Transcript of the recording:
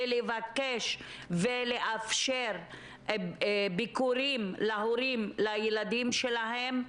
ולבקש ולאפשר ביקורים להורים לילדים שלהם?